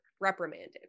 reprimanded